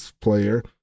player